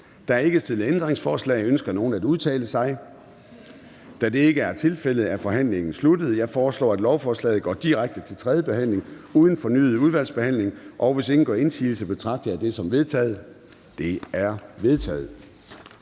Der er ikke stillet ændringsforslag. Ønsker nogen at udtale sig? Da det ikke er tilfældet, er forhandlingen sluttet. Jeg foreslår, at lovforslaget går direkte til tredje behandling uden fornyet udvalgsbehandling. Hvis ingen gør indsigelse, betragter jeg dette som vedtaget. Det er vedtaget.